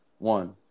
One